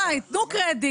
די, תנו קרדיט.